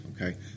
Okay